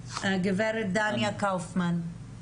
גברת דניה קאופמן.